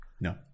no